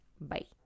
Bye